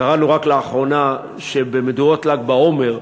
קראנו רק לאחרונה שבמדורות ל"ג בעומר,